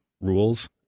rules